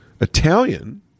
Italian